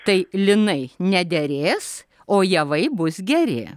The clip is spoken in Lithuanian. tai linai nederės o javai bus geri